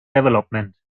development